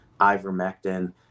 ivermectin